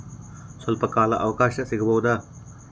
ಸ್ವಲ್ಪ ಕಾಲ ಅವಕಾಶ ಸಿಗಬಹುದಾ?